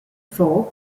for